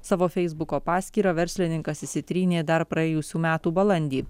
savo feisbuko paskyrą verslininkas išsitrynė dar praėjusių metų balandį